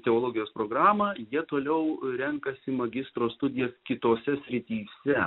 teologijos programą jie toliau renkasi magistro studijas kitose srityse